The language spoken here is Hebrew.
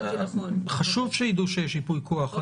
חשוב שיידעו שיש ייפוי כוח.